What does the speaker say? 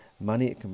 money